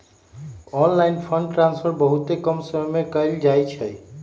online fund transfer बहुते कम समय में कएल जाइ छइ